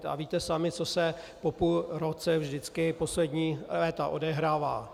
A víte sami, co se po půl roce vždycky poslední léta odehrává.